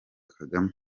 kagame